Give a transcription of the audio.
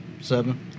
Seven